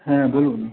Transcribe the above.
হ্যাঁ বলুন